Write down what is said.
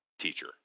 Teacher